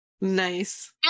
Nice